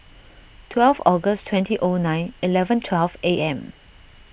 twelve August twenty O nine eleven twelve A M